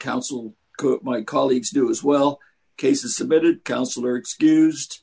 counsel my colleagues do as well cases submitted counselor excused